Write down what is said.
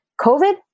COVID